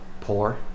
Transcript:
poor